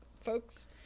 folks